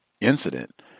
incident